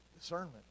discernment